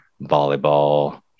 volleyball